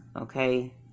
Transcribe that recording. okay